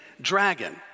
dragon